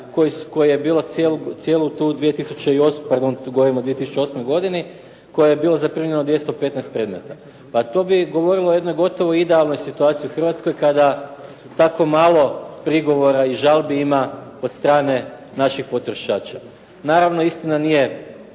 govorimo o 2008. godini u kojoj je bilo zaprimljeno 215 predmeta. To bi govorilo o jednoj gotovo idealnoj situaciji u Hrvatskoj kada tako malo prigovora i žalbi ima od strane naših potrošača. Naravno, istina nije